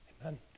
amen